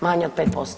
Manje od 5%